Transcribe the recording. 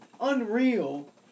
unreal